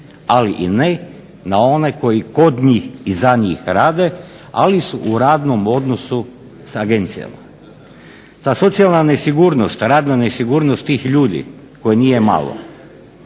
ali ne i na one koji kod njih i za njih rade ali su u radnom odnosu sa agencijama. Ta socijalna nesigurnost, radna nesigurnost tih ljudi kojih nije malo,